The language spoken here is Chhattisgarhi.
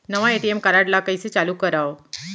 नवा ए.टी.एम कारड ल कइसे चालू करव?